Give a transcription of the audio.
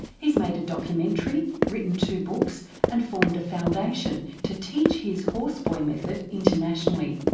he's made a documentary, written two books and formed a foundation to teach his horse boy method internationally.